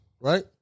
right